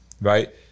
right